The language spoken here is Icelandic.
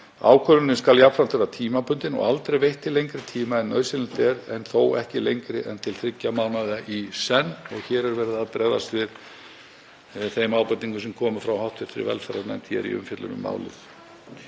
Ákvörðunin skal vera tímabundin og aldrei veitt til lengri tíma en nauðsynlegt er, þó ekki lengri en til þriggja mánaða í senn. Hér er verið að bregðast við þeim ábendingum sem komu frá hv. velferðarnefnd í umfjöllun um málið